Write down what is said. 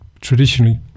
traditionally